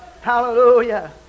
Hallelujah